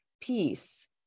peace